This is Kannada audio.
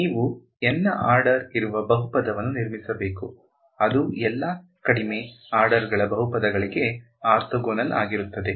ನೀವು N ನ ಆರ್ಡರ್ ಇರುವ ಬಹುಪದವನ್ನು ನಿರ್ಮಿಸಬೇಕು ಅದು ಎಲ್ಲಾ ಕಡಿಮೆ ಆರ್ಡರ್ ಗಳ ಬಹುಪದಗಳಿಗೆ ಆರ್ಥೋಗೋನಲ್ ಆಗಿರುತ್ತದೆ